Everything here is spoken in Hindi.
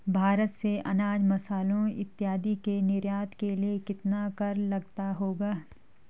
भारत से अनाज, मसालों इत्यादि के निर्यात के लिए कितना कर लगता होगा?